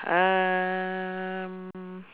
umm